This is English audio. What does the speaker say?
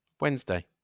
Wednesday